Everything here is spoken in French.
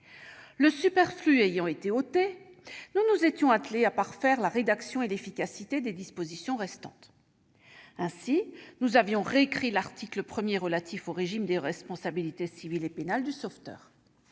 Le superflu ayant été ôté, nous nous étions attelés à parfaire la rédaction et l'efficacité des dispositions restantes. Ainsi, nous avions récrit l'article 1, relatif au régime de responsabilité civile et pénale du sauveteur.